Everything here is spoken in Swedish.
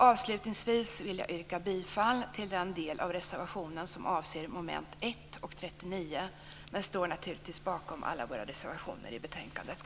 Avslutningsvis vill jag yrka bifall till den del av reservationen som avser mom. 1 och 39, men jag står naturligtvis bakom alla våra reservationer i betänkandet.